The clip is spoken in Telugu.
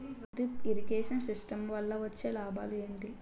డ్రిప్ ఇరిగేషన్ సిస్టమ్ వల్ల వచ్చే లాభాలు ఏంటి?